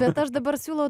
bet aš dabar siūlau